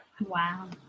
Wow